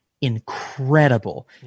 incredible